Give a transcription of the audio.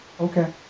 Okay